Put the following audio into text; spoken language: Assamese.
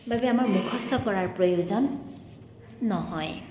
বাবে আমাৰ মুখস্থ কৰাৰ প্ৰয়োজন নহয়